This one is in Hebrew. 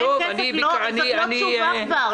אין כסף - זאת לא תשובה כבר.